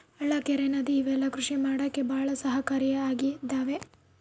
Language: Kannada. ಹಳ್ಳ ಕೆರೆ ನದಿ ಇವೆಲ್ಲ ಕೃಷಿ ಮಾಡಕ್ಕೆ ಭಾಳ ಸಹಾಯಕಾರಿ ಆಗಿದವೆ